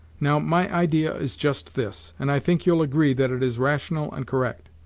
now, my idea is just this and i think you'll agree that it is rational and correct.